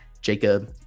jacob